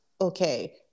okay